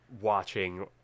watching